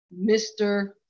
Mr